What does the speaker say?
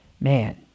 Man